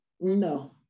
No